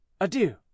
Adieu